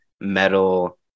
metal